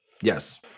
Yes